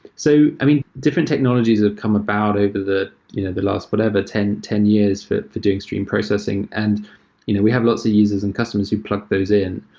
so i mean, different technologies have come about over the the last, whatever, ten ten years, for for doing stream processing. and you know we have lots of users and customers who plug those in.